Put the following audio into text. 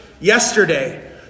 yesterday